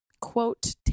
quote